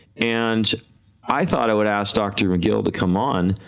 and i thought i would ask doctor mcgill to come on,